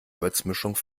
würzmischung